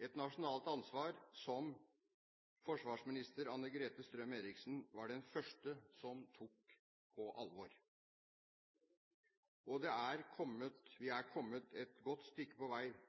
et nasjonalt ansvar som forsvarsminister Anne-Grete Strøm-Erichsen var den første som tok på alvor. Vi er kommet et godt stykke på vei.